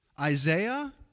Isaiah